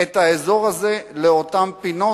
את האזור הזה לאותן פינות?